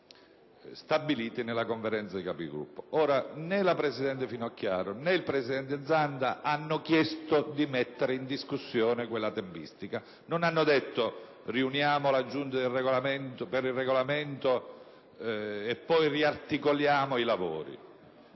stabiliti nella Conferenza dei Capigruppo. Ora, né la presidente Finocchiaro né il presidente Zanda hanno chiesto di mettere in discussione quella tempistica. Non hanno chiesto di riunire la Giunta per il Regolamento per poi articolare